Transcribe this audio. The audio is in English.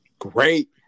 Great